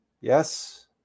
yes